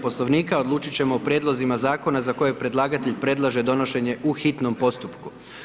Poslovnika odlučit ćemo o prijedlozima zakona za koje predlagatelj predlaže donošenje u hitnom postupku.